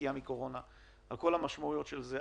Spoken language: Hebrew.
נקיה מקורונה על כל המשמעויות של זה.